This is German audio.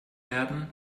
werden